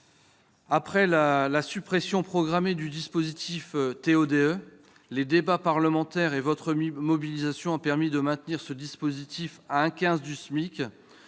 Après la suppression programmée du dispositif TO-DE, les débats parlementaires et votre mobilisation ont permis de le maintenir à 1,15 % du SMIC.